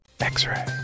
X-ray